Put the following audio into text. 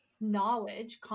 knowledge